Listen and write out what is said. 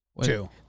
Two